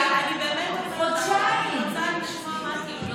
תקשיבי, אני באמת רוצה לשמוע מה אתם,